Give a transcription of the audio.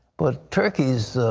but turkey's